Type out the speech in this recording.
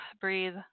breathe